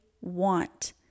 want